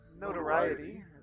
notoriety